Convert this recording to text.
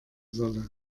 solle